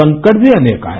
संकट भी अनेक आए